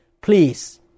Please